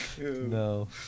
No